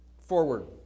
forward